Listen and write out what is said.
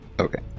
Okay